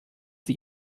sie